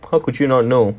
how could you not know